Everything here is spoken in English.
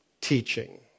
teaching